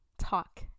talk